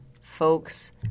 folks